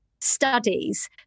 studies